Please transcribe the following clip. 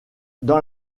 dans